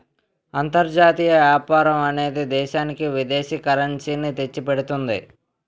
అంతర్జాతీయ వ్యాపారం అనేది దేశానికి విదేశీ కరెన్సీ ని తెచ్చిపెడుతుంది